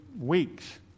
weeks